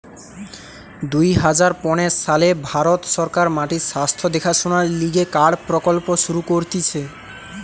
দুই হাজার পনের সালে ভারত সরকার মাটির স্বাস্থ্য দেখাশোনার লিগে কার্ড প্রকল্প শুরু করতিছে